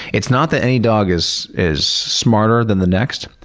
it's not that any dog is is smarter than the next.